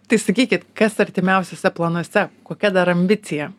tai sakykit kas artimiausiuose planuose kokia dar ambicija